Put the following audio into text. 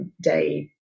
day